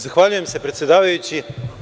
Zahvaljujem se predsedavajući.